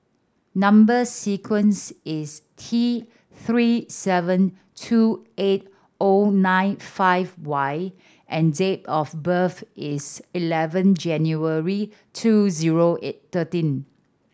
number sequence is T Three seven two eight O nine five Y and date of birth is eleven January two zero thirteen